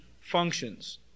functions